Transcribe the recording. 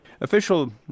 Official